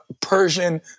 persian